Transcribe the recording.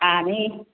सानै